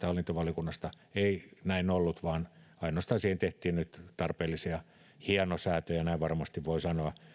hallintovaliokunnasta ei näin ollut vaan ainoastaan siihen tehtiin nyt tarpeellisia hienosäätöjä näin varmasti voi sanoa